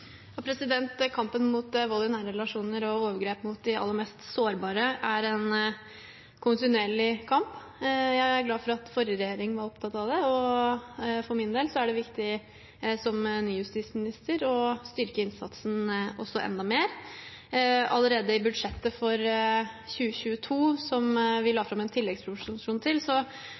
Kampen mot vold i nære relasjoner og overgrep mot de aller mest sårbare er en kontinuerlig kamp. Jeg er glad for at forrige regjering var opptatt av det, og for min del er det viktig som ny justisminister å styrke innsatsen også enda mer. Allerede i budsjettet for 2022, som vi la fram en tilleggsproposisjon til,